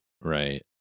right